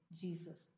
Jesus